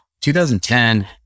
2010